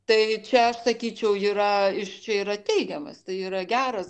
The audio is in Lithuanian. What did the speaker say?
tai čia aš sakyčiau yra is čia yra teigiamas tai yra geras